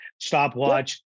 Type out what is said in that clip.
stopwatch